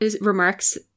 remarks